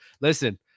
Listen